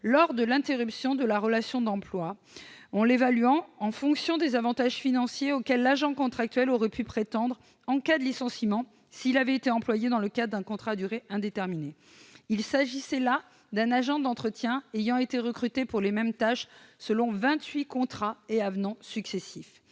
lors de l'interruption de la relation d'emploi en l'évaluant en fonction des avantages financiers auxquels l'agent contractuel aurait pu prétendre en cas de licenciement, s'il avait été employé dans le cadre d'un contrat à durée indéterminée. En l'espèce, il s'agissait d'un agent d'entretien ayant été recruté pour les mêmes tâches, selon vingt-huit contrats et avenants successifs.